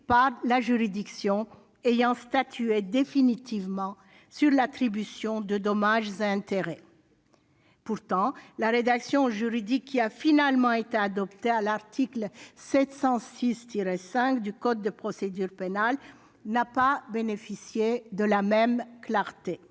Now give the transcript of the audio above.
par la juridiction ayant statué définitivement sur l'attribution de dommages et intérêts ; pourtant, la rédaction juridique qui a finalement été adoptée à l'article 706-5 du code de procédure pénale n'a pas bénéficié de la même clarté.